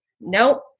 Nope